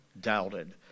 doubted